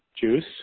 juice